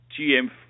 GM